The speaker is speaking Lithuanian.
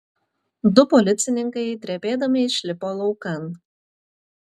du policininkai drebėdami išlipo laukan